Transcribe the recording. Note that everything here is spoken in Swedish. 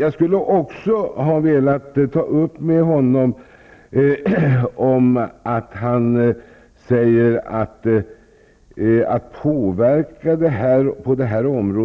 Jag skulle också ha velat ta upp med honom att han säger att han tror att en påverkan av